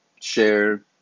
share